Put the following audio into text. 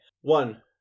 one